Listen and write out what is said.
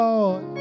Lord